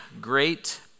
great